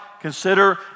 consider